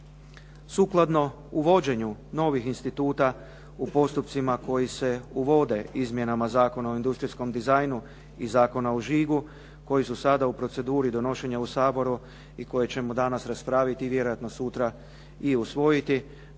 Sukladno uvođenju novih instituta u postupcima koji se uvode izmjenama Zakona o industrijskom dizajnu i Zakona o žigu koji su sada u proceduri donošenja u Saboru i koje ćemo danas raspraviti i vjerojatno sutra i usvojiti